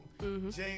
James